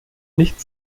nicht